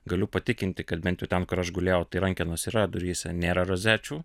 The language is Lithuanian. galiu patikinti kad bent jau ten kur aš gulėjau tai rankenos yra duryse nėra rozečių